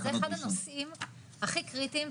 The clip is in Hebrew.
זה אחד הנושאים הכי קריטיים.